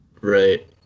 Right